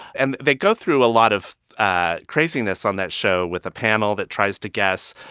and they go through a lot of ah craziness on that show with a panel that tries to guess.